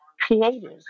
creative